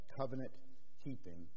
covenant-keeping